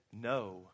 no